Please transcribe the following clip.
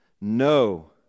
No